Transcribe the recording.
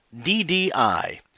DDI